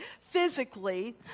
physically